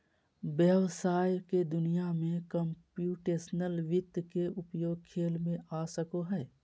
व्हवसाय के दुनिया में कंप्यूटेशनल वित्त के उपयोग खेल में आ सको हइ